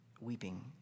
weeping